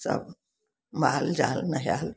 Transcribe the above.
सब माल जाल